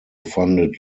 funded